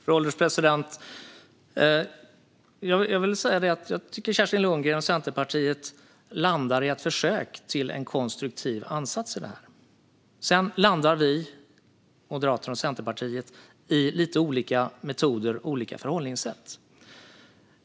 Fru ålderspresident! Jag tycker att Kerstin Lundgren och Centerpartiet landar i ett försök till en konstruktiv ansats i detta. Sedan landar vi - Moderaterna och Centerpartiet - i lite olika metoder och olika förhållningssätt.